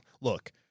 look